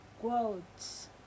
Quotes